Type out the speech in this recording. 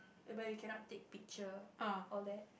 whereby we cannot take picture all that